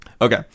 Okay